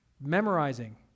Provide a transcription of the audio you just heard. memorizing